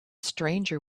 stranger